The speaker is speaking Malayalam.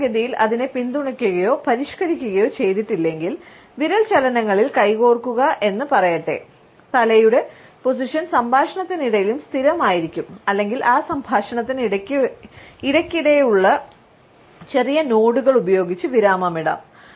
സാധാരണഗതിയിൽ അതിനെ പിന്തുണയ്ക്കുകയോ പരിഷ്ക്കരിക്കുകയോ ചെയ്തിട്ടില്ലെങ്കിൽ വിരൽ ചലനങ്ങളിൽ കൈകോർക്കുക എന്ന് പറയട്ടെ തലയുടെ പൊസിഷൻ സംഭാഷണത്തിനിടയിലും സ്ഥിരമായിരിക്കും അല്ലെങ്കിൽ ആ സംഭാഷണത്തിന് ഇടയ്ക്കിടെയുള്ള ചെറിയ നോഡുകൾ ഉപയോഗിച്ച് വിരാമമിടാം